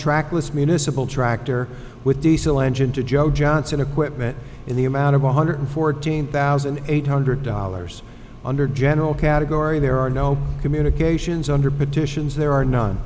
trackless municipal tractor with diesel engine to joe johnson equipment in the amount of one hundred fourteen thousand eight hundred dollars under general category there are no communications under petitions there are no